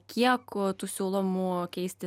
kiek tų siūlomų keisti